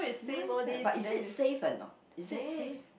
nice eh but is it safe or not is it safe